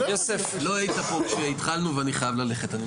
לא היית פה כשהתחלנו ואני חייב ללכת.